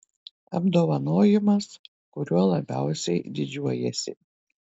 apdovanojimas kuriuo labiausiai didžiuojiesi